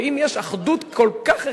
ואם יש אחדות כל כך רחבה,